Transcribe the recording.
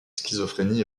schizophrénie